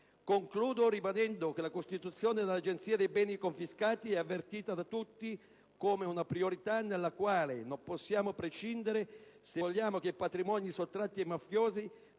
Concludo ribadendo che la costituzione dell'Agenzia dei beni confiscati è avvertita da tutti come una priorità dalla quale non possiamo prescindere se vogliamo che i patrimoni sottratti ai mafiosi